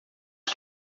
que